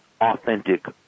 authentic